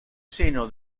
seno